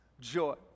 joy